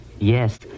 Yes